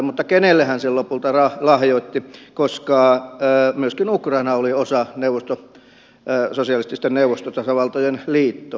mutta kenelle hän sen lopulta lahjoitti koska myöskin ukraina oli osa sosialististen neuvostotasavaltojen liittoa